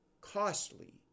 Costly